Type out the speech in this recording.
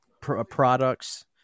products